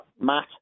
Matt